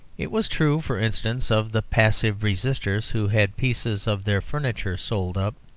it was true, for instance, of the passive resisters, who had pieces of their furniture sold up.